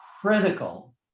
critical